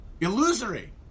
illusory